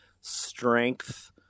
strength